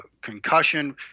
concussion